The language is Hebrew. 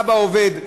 אבא עובד,